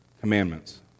commandments